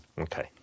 Okay